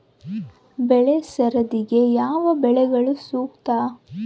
ಬೆಳೆ ಸರದಿಗೆ ಯಾವ ಬೆಳೆಗಳು ಸೂಕ್ತ?